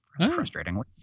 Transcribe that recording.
frustratingly